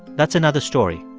that's another story.